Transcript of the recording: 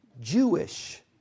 Jewish